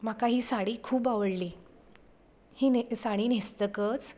म्हाका ही साडी खूब आवडली ही साडी न्हेसतकच